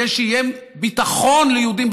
כדי שיהיה ביטחון ליהודים,